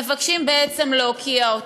מבקשים בעצם להוקיע אותו.